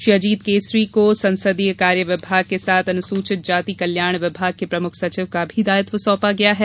श्री अजीत केसरी को संसदीय कार्य विभाग के साथ अनुसूचित जाति कल्याण विभाग के प्रमुख सचिव का भी दायित्व सौंपा गया है